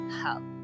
help